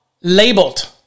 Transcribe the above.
labeled